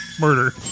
murder